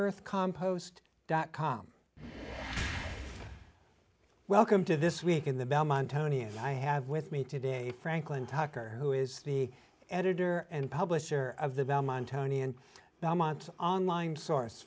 earth compost dot com welcome to this week in the belmont tony i have with me today franklin tucker who is the editor and publisher of the